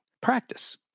practice